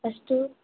अस्तु